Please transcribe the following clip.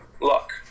Luck